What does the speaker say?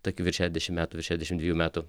tokių virš šešiasdešim metų šešiasdešim dviejų metų